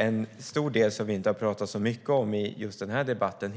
En stor del som vi hittills inte har talat så mycket om i den här debatten